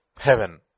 heaven